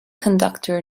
conductor